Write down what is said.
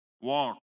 walk